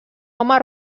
home